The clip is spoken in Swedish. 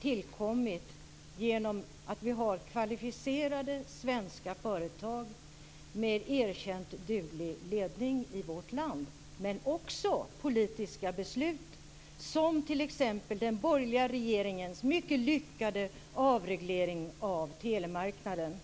tillkommit genom att vi har kvalificerade svenska företag med erkänt duglig ledning i vårt land. Men det handlar också om politiska beslut, som t.ex. den borgerliga regeringens mycket lyckade avreglering av telemarknaden.